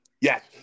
Yes